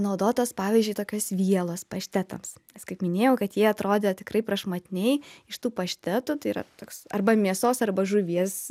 naudotos pavyzdžiui tokios vielos paštetams nes kaip minėjau kad jie atrodė tikrai prašmatniai iš tų paštetų tai yra toks arba mėsos arba žuvies